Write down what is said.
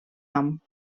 nom